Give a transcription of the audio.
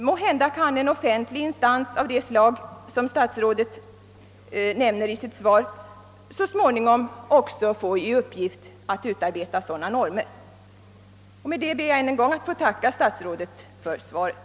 Måhända kan en offentlig instans av det slag som statsrådet nämner i sitt svar så småningom också få i uppgift att utarbeta sådana normer. Med det anförda ber jag att än en gång få tacka statsrådet fru Odhnoff för svaret.